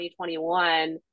2021